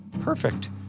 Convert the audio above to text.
perfect